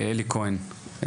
אלי כהן,